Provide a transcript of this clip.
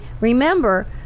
Remember